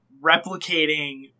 replicating